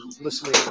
listening